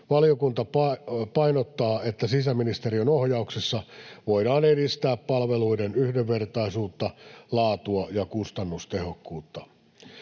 Valiokunta painottaa, että sisäministeriön ohjauksessa voidaan edistää palveluiden yhdenvertaisuutta, laatua ja kustannustehokkuutta.